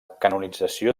canonització